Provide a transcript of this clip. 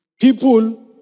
People